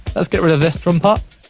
let's get rid of this drum part,